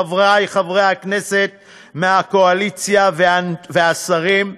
חברי חברי הכנסת מהקואליציה והשרים,